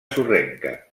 sorrenca